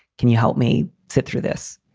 can you help me sit through this?